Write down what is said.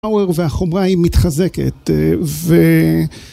והחומרה היא מתחזקת ו...